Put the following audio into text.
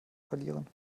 verlieren